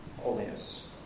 Holiness